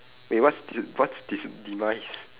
wait what's d~ what's de~ demise